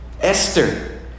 Esther